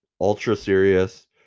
ultra-serious